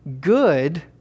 good